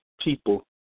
people